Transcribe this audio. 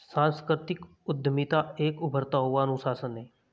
सांस्कृतिक उद्यमिता एक उभरता हुआ अनुशासन है